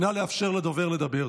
נא לאפשר לדובר לדבר.